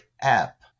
app